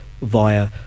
via